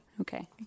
okay